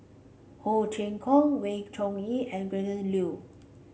Ho Chee Kong Wee Chong Jin and Gretchen Liu